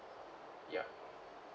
ya